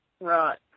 Right